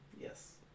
Yes